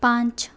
پانچ